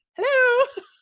hello